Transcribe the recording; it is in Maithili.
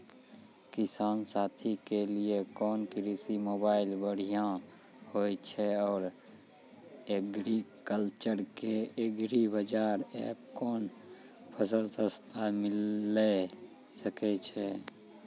किसान साथी के लिए कोन कृषि मोबाइल बढ़िया होय छै आर एग्रीकल्चर के एग्रीबाजार एप कोन फसल सस्ता मिलैल सकै छै?